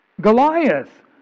Goliath